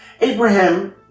Abraham